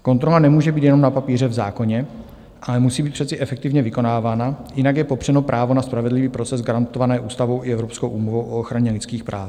Kontrola nemůže být jenom na papíře v zákoně, ale musí být přece efektivně vykonávána, jinak je popřeno právo na spravedlivý proces garantované ústavou i Evropskou úmluvou o ochraně lidských práv.